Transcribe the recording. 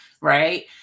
Right